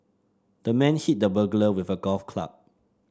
the man hit the burglar with a golf club